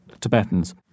Tibetans